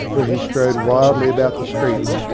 where he strode wildly about the streets,